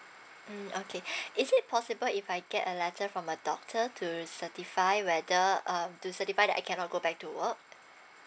um okay is it possible if I get a letter from a doctor to certify whether um to certify that I cannot go back to work